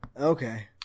Okay